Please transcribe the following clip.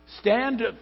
Stand